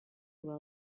well